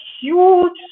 huge